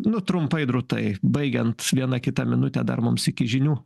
nu trumpai drūtai baigiant vieną kita minute dar mums iki žinių